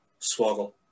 Swoggle